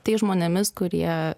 tais žmonėmis kurie